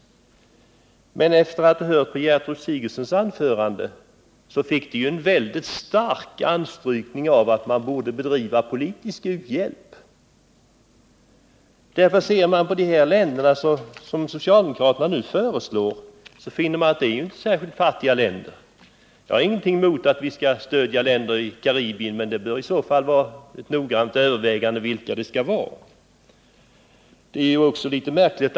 Gertrud Sigurdsens anförande hade emellertid en mycket stark anstrykning av att man borde bedriva politisk u-hjälp. Ser man på de länder som socialdemokraterna nu föreslår, finner man att dessa inte är särskilt fattiga. Jag har ingenting emot att stödja länder i Karibiska havet, men vilka dessa skall vara bör i så fall bli föremål för ett noggrant övervägande.